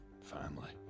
Family